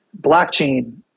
blockchain